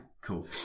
cool